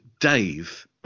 Dave